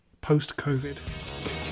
Post-Covid